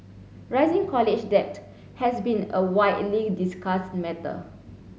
rising college debt has been a widely discussed matter